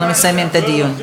אנחנו מסיימים את הדיון.